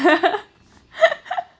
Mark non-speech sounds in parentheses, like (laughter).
(laughs)